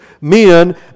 men